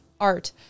art